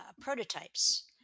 prototypes